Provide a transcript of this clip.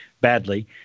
badly